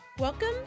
Welcome